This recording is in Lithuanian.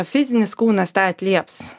fizinis kūnas tą atlieps